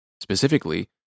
specifically